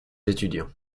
étudiants